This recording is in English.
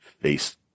face